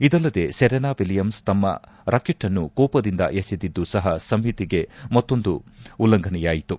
ಇದಲ್ಲದೇ Serena Williams ತಮ್ಮ ರಾಕೆಟ್ಅನ್ನು ಕೋಪದಿಂದ ಎಸೆದಿದ್ದು ಸಹ ಸಂಹಿತೆ ಮತ್ತೊಂದು ಉಲ್ಲಂಘನೆಯಾಯಿತು